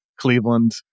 Cleveland